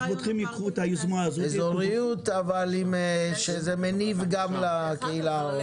אזוריות שמניבה גם לקהילה.